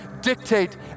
dictate